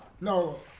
no